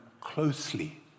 closely